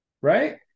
right